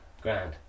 grand